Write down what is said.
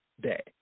Day